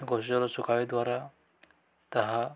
ଗଛ ତଳେ ସୁଖାଇବା ଦ୍ୱାରା ତାହା